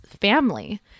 family